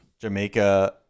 Jamaica